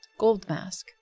Goldmask